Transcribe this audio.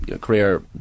career